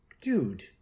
dude